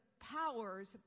powers